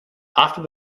after